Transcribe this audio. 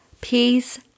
peace